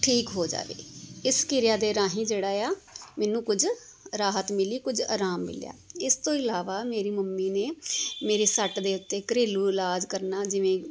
ਠੀਕ ਹੋ ਜਾਵੇ ਇਸ ਕਿਰਿਆ ਦੇ ਰਾਹੀਂ ਜਿਹੜਾ ਆ ਮੈਨੂੰ ਕੁਝ ਰਾਹਤ ਮਿਲੀ ਕੁਝ ਆਰਾਮ ਮਿਲਿਆ ਇਸ ਤੋਂ ਇਲਾਵਾ ਮੇਰੀ ਮੰਮੀ ਨੇ ਮੇਰੀ ਸੱਟ ਦੇ ਉੱਤੇ ਘਰੇਲੂ ਇਲਾਜ ਕਰਨਾ ਜਿਵੇਂ